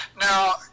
now